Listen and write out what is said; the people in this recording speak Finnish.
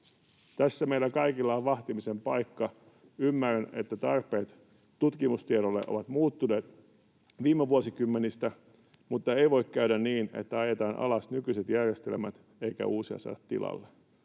Tässä meillä kaikilla on vahtimisen paikka. Ymmärrän, että tarpeet tutkimustiedolle ovat muuttuneet viime vuosikymmenistä, mutta ei voi käydä niin, että ajetaan alas nykyiset järjestelmät eikä uusia saada tilalle.